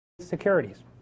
Securities